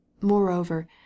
Moreover